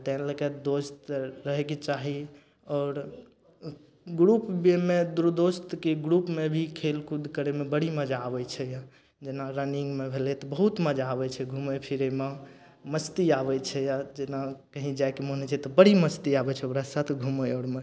तैं लऽ कऽ दोस्त रहयके चाही आओर उ ग्रुप भी मे दुनू दोस्तके ग्रुपमे भी खेलकूद करयमे बड़ी मजा आबय छै यऽ जेना रनिंगमे भेलय तऽ बहुत मजा आबय छै घुमय फिरयमे मस्ती आबय छै यऽ जेना कहीं जाइके मन होइ छै तऽ बड़ी मस्ती आबय छै ओकरा साथ घुमय औरमे